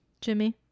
Jimmy